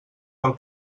pel